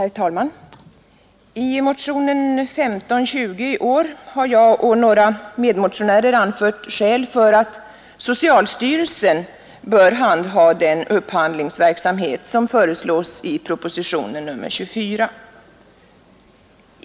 Herr talman! I motionen 1520 har jag och några medmotionärer anfört skäl för att socialstyrelsen bör handha den upphandlingsverksamhet som föreslås i propositionen 24.